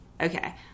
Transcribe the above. okay